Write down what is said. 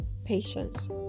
Patience